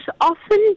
often